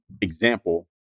example